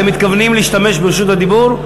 אתם מתכוונים להשתמש ברשות הדיבור?